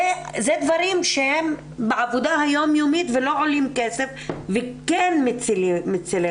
אלה דברים שהם בעבודה היום יומית ולא עולים כסף וכן מצילי חיים.